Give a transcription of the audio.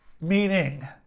Meaning